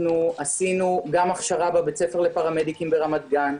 עשינו גם הכשרה בבית הספר לפרמדיקים ברמת גן,